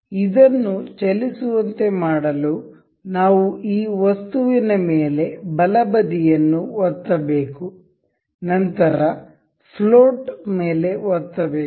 ಇದನ್ನು ಚಲಿಸುವಂತೆ ಮಾಡಲು ನಾವು ಈ ವಸ್ತುವಿನಮೇಲೆ ಬಲಬದಿಯನ್ನು ಒತ್ತಬೇಕು ನಂತರ ಫ್ಲೋಟ್ ಮೇಲೆ ಒತ್ತಬೇಕು